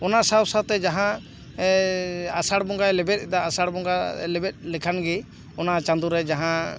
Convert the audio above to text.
ᱚᱱᱟ ᱥᱟᱶ ᱥᱟᱶᱛᱮ ᱡᱟᱦᱟᱸ ᱟᱥᱟᱬ ᱵᱚᱸᱜᱟᱭ ᱞᱮᱵᱮᱫ ᱮᱫᱟ ᱟᱥᱟᱬ ᱵᱚᱸᱜᱟ ᱞᱮᱵᱮᱫ ᱞᱮᱠᱷᱟᱱ ᱜᱮ ᱚᱱᱟ ᱪᱟᱸᱫᱳ ᱨᱮ ᱡᱟᱦᱟᱸ